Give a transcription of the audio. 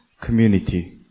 community